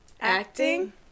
Acting